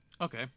Okay